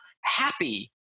happy